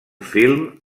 film